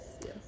yes